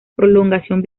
prolongación